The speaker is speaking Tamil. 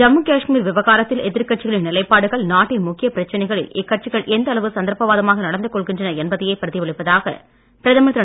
ஜம்மு காஷ்மீர் விவகாரத்தில் எதிர்கட்சிகளின் நிலைப்பாடுகள் நாட்டின் முக்கிய பிரச்சனைகளில் இக்கட்சிகள் எந்த அளவு சந்தர்ப்ப வாதமாக நடந்து கொள்கின்றன என்பதையே பிரதிபலிப்பதாக பிரதமர் திரு